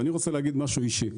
ואני רוצה להגיד משהו אישי,